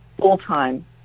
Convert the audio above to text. full-time